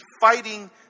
fighting